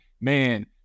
man